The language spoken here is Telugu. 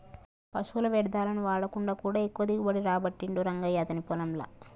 పశువుల వ్యర్ధాలను వాడకుండా కూడా ఎక్కువ దిగుబడి రాబట్టిండు రంగయ్య అతని పొలం ల